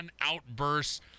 outbursts